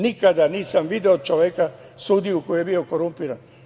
Nikada nisam video čoveka sudiju koji je bio korumpiran.